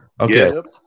Okay